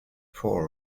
four